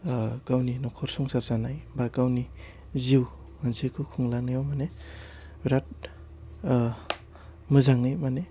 ओह गावनि न'खर संसार जानाय बा गावनि जिउ मोनसेखौ खुंलांनायाव माने बिराद ओह मोजाङै मानि